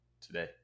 today